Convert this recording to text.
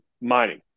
mining